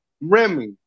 Remy